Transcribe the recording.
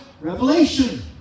revelation